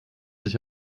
sich